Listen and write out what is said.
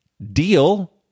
Deal